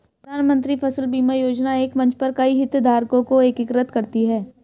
प्रधानमंत्री फसल बीमा योजना एक मंच पर कई हितधारकों को एकीकृत करती है